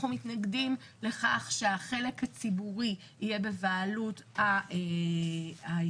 אנחנו מתנגדים לכך שהחלק הציבורי יהיה בבעלות היזם,